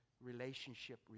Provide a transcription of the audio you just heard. Relationship